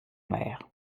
mer